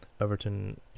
Everton